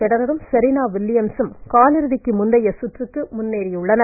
பெடரரும் Serena Williams ம் காலிறுதிக்கு முந்தைய சுற்றுக்கு முன்னேறியுள்ளனர்